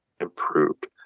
improved